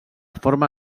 forma